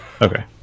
Okay